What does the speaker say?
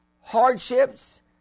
hardships